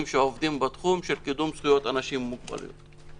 שעובדים בתחום של קידום זכויות אנשים עם מוגבלות.